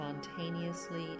spontaneously